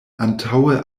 antaŭe